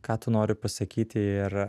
ką tu nori pasakyti ir